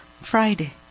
Friday